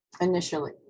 initially